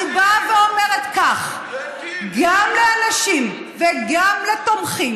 אני באה ואומרת כך: גם לאנשים וגם לתומכים